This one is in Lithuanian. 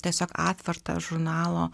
tiesiog atvartą žurnalo